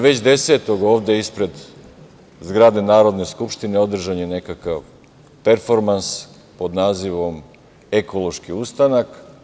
Već 10. aprila, ovde ispred zgrade Narodne skupštine održan je nekakav performans pod nazivom „Ekološki ustanak“